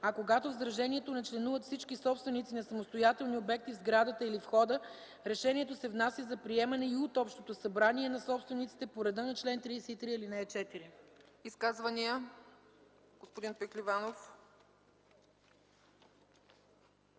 а когато в сдружението не членуват всички собственици на самостоятелни обекти в сградата или входа, решението се внася за приемане и от Общото събрание на собствениците по реда на чл. 33, ал. 4.” ПРЕДСЕДАТЕЛ ЦЕЦКА ЦАЧЕВА: Изказвания? Господин Пехливанов.